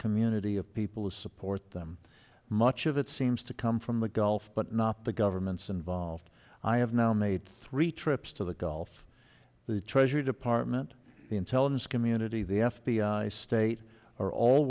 community of people who support them much of it seems to come from the gulf but not the governments involved i have now made three trips to the gulf the treasury department the intelligence community the f b i state are all